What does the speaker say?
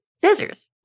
Scissors